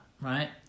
right